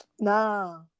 nah